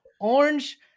orange